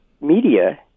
Media